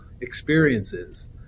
experiences